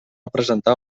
presentar